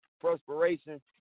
perspiration